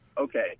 Okay